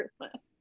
Christmas